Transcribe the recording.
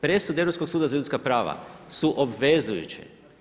Presude Europskog suda za ljudska prava su obvezujuće.